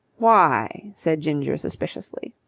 why? said ginger suspiciously.